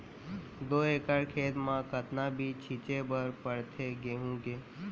दो एकड़ खेत म कतना बीज छिंचे बर पड़थे गेहूँ के?